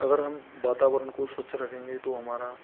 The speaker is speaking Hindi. अगर हम वातावरण को स्वच्छ रखेंगे तो हमारा